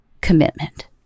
commitment